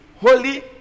holy